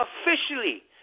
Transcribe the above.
officially